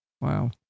Wow